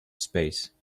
space